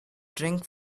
drink